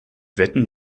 wetten